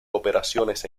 operaciones